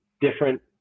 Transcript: different